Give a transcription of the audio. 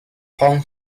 hong